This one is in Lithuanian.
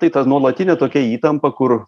tai ta nuolatinė tokia įtampa kur